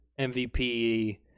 MVP